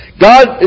God